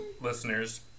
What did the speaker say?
listeners